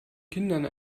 kindern